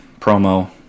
promo